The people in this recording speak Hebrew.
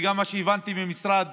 וגם מה שהבנתי מהמשרד